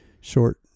short